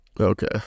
Okay